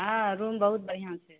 हँ रूम बहुत बढ़िआँ छै